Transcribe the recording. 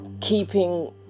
keeping